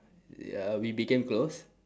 ya we became close